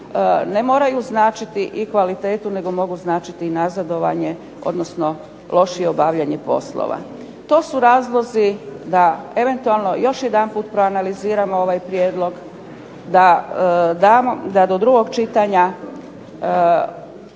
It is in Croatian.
ne moraju značiti i kvalitetu nego mogu značiti i nazadovanje, odnosno lošije obavljanje poslova. To su razlozi da eventualno još jedanput proanaliziramo ovaj prijedlog, da do drugog čitanja